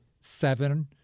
seven